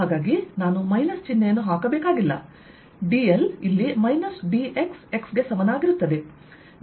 ಆದ್ದರಿಂದ ನಾನು ಮೈನಸ್ ಚಿಹ್ನೆಯನ್ನು ಹಾಕಬೇಕಾಗಿಲ್ಲ dl ಇಲ್ಲಿ ಮೈನಸ್ dx x ಗೆ ಸಮನಾಗಿರುತ್ತದೆ